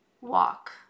walk